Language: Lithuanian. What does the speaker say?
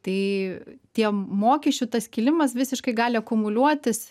tai tie mokesčių tas kilimas visiškai gali akumuliuotis